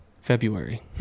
February